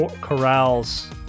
Corral's